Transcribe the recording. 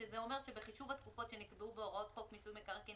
שזה אומר שבחישוב התקופות שנקבעו בהוראות חוק מיסוי מקרקעין